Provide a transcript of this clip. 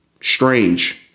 strange